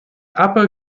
upper